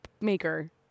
maker